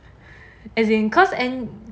as in cause and